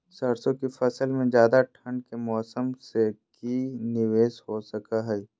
सरसों की फसल में ज्यादा ठंड के मौसम से की निवेस हो सको हय?